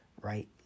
Right